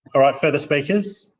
ah right, further speakers?